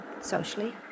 socially